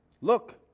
Look